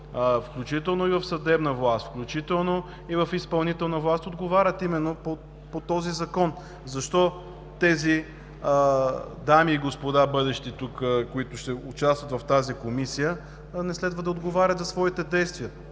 включително и в съдебната власт, включително и в изпълнителната власт, отговарят именно по този Закон. Защо тези дами и господа, бъдещи тук, които ще участват в тази Комисия, не следва да отговарят за своите действия,